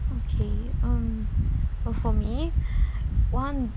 okay um uh for me one